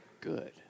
good